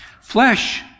flesh